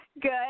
Good